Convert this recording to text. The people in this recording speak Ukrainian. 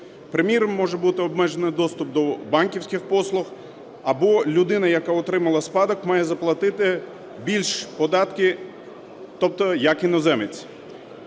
Приміром може бути обмежений доступ до банківських послуг, або людина, яка отримала спадок, має заплатити більше податків, тобто як іноземець.